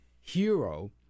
hero